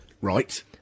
Right